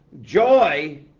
joy